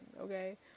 okay